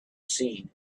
seen